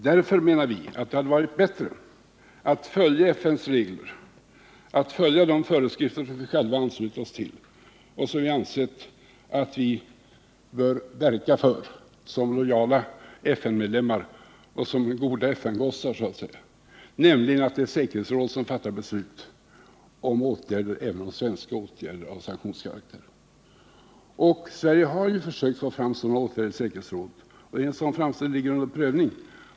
Därför menar vi att det hade varit bättre att följa FN:s regler och att följa de föreskrifter som vi själva har anslutit oss till och som vi har ansett att vi som lojala FN-medlemmar och som mönster-FN-gossar så att säga, bör verka för, nämligen att det är säkerhetsrådet som fattar beslut om åtgärder, och även om svenska åtgärder, av sanktionskaraktär. Sverige har ju försökt få fram beslut om sådana åtgärder i säkerhetsrådet, och en sådan framställning ligger nu under dess prövning.